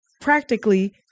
practically